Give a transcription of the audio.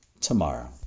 tomorrow